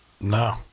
No